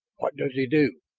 does he do?